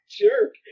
jerk